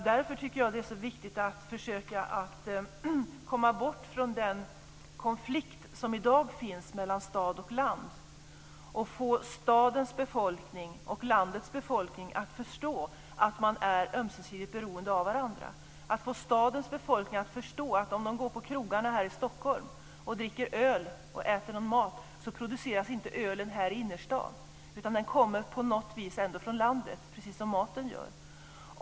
Därför tycker jag att det är så viktigt att försöka komma bort från den konflikt som i dag finns mellan stad och land och få stadens och landets befolkning att förstå att man är ömsesidigt beroende av varandra. Man måste få stadens befolkning att förstå att om de t.ex. går på krogarna här i Stockholm och dricker öl och äter mat så produceras inte ölen här i innerstan, utan den kommer på något vis ändå från landet, precis som maten gör.